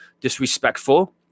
disrespectful